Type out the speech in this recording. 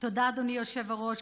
תודה, אדוני היושב-ראש.